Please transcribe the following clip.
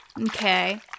Okay